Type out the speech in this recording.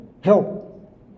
Help